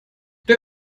der